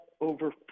over